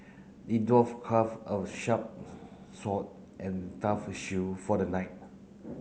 the dwarf craft a sharp sword and tough shield for the knight